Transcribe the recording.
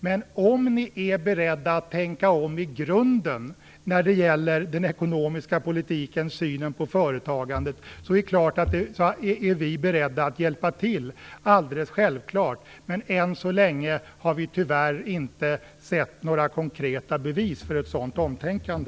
Men om ni är beredda att tänka om i grunden när det gäller den ekonomiska politiken och synen på företagandet är vi alldeles självklart beredda att hjälpa till. Men än så länge har vi tyvärr inte sett några konkreta bevis för ett sådant omtänkande.